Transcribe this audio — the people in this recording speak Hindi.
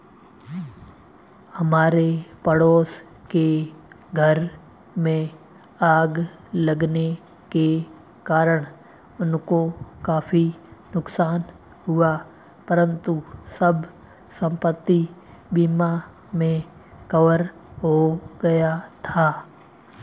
हमारे पड़ोस के घर में आग लगने के कारण उनको काफी नुकसान हुआ परंतु सब संपत्ति बीमा में कवर हो गया था